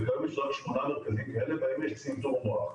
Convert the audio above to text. וגם יש רק שמונה מרכזים כאלה בהם יש צנתור מוח.